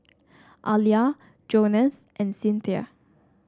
Alia Jonas and Cinthia